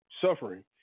suffering